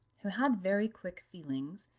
who had very quick feelings,